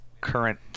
current